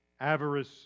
avarice